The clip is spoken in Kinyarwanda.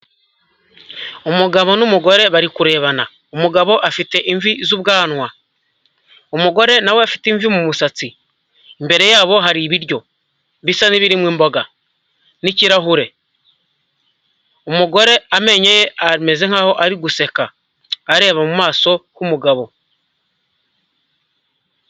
Umugabo n'umugore bari kurebana, umugabo afite imvi z'ubwanwa, umugore na we afite imvi mu musatsi, imbere yabo hari ibiryo bisa n'ibirimo imboga n'ikirahure. Umugore amenyo ye ameze nk'aho ari guseka, areba mu maso h'umugabo.